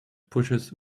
pushes